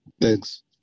Thanks